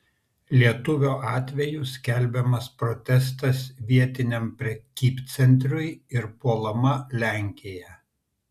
lietuvio atveju skelbiamas protestas vietiniam prekybcentriui ir puolama lenkija